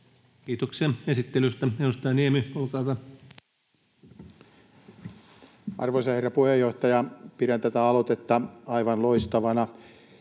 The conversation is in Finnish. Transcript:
Kiitoksia esittelystä. — Edustaja Niemi, olkaa hyvä. Arvoisa herra puheenjohtaja! Pidän tätä aloitetta aivan loistavana.